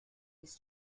his